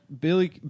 Billy